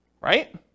right